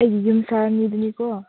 ꯑꯩꯒꯤ ꯌꯨꯝ ꯁꯥꯕ ꯃꯤꯗꯨꯅꯤꯀꯣ